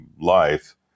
life